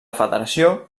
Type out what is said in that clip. federació